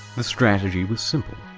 the strategy was simple.